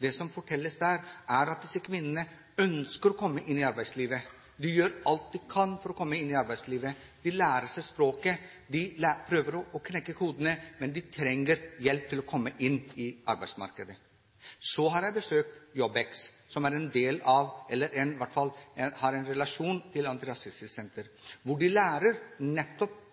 Det som fortelles der, er at disse kvinnene ønsker å komme inn i arbeidslivet. De gjør alt de kan for å komme inn i arbeidslivet, de lærer seg språket, de prøver å knekke kodene, men de trenger hjelp til å komme inn på arbeidsmarkedet. Så har jeg besøkt JobbX, som har en relasjon til Antirasistisk Senter, hvor de nettopp lærer arbeidssøkere hvordan de skal komme inn i arbeidslivet. De lærer